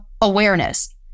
awareness